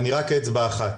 "אני רק אצבע אחת".